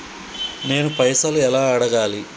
నేను పైసలు ఎలా అడగాలి?